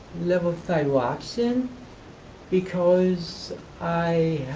levothryroxine because i